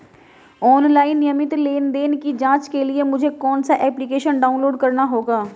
Online नियमित लेनदेन की जांच के लिए मुझे कौनसा एप्लिकेशन डाउनलोड करना होगा?